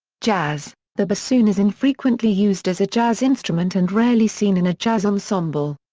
jazz the bassoon is infrequently used as a jazz instrument and rarely seen in a jazz ensemble.